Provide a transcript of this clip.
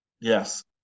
Yes